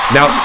Now